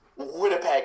Winnipeg